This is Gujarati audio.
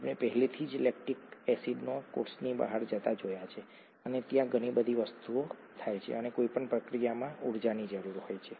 આપણે પહેલેથી જ લેક્ટિક એસિડને કોષની બહાર જતા જોયો છે અને ત્યાં ઘણી બધી વસ્તુઓ થાય છે અને કોઈપણ પ્રક્રિયામાં ઉર્જાની જરૂર હોય છે